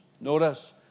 Notice